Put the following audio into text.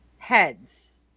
Heads